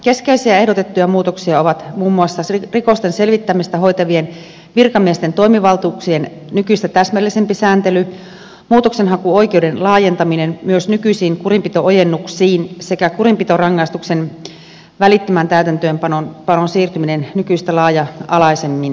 keskeisiä ehdotettuja muutoksia ovat muun muassa rikosten selvittämistä hoitavien virkamiesten toimivaltuuksien nykyistä täsmällisempi sääntely muutoksenhakuoikeuden laajentaminen myös nykyisiin kurinpito ojennuksiin sekä kurinpitorangaistuksen välittömään täytäntöönpanoon siirtyminen nykyistä laaja alaisemmin